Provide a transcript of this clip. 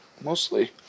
mostly